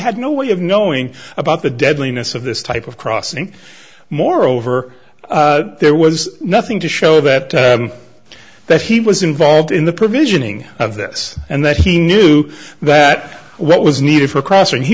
had no way of knowing about the deadliness of this type of crossing moreover there was nothing to show that that he was involved in the provisioning of this and that he knew that what was needed for cross when he